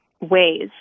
ways